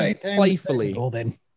Playfully